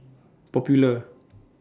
Popular